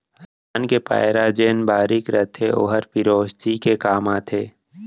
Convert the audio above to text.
धान के पैरा जेन बारीक रथे ओहर पेरौसी के काम आथे